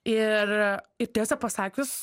ir ir tiesą pasakius